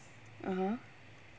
(uh huh)